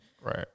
Right